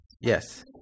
Yes